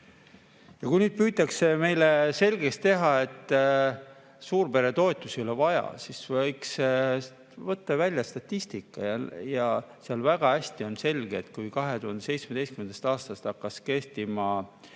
Kui nüüd püütakse meile selgeks teha, et suurperetoetusi ei ole vaja, siis võiks võtta välja statistika. Sealt on väga hästi näha, et kui 2017. aastast hakkas kehtima Isamaa